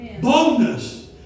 Boldness